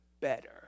better